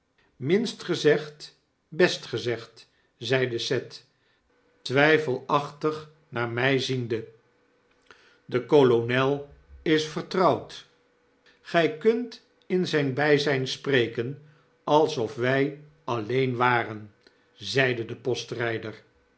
minst gezegd best gezegd zeide seth twyfelachtig naar my ziende de kolonel is vertrouwd gy kunt in zp byzp spreken alsof wij alleen waren zeide de